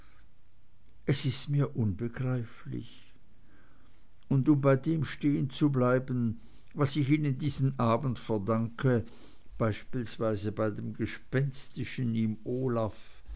es ist mir unbegreiflich und um bei dem stehenzubleiben was ich ihnen diesen abend verdanke beispielsweise bei dem gespenstischen im olaf